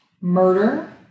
murder